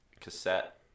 cassette